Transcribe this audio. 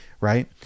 right